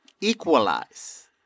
equalize